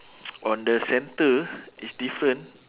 on the center it's different